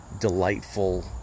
delightful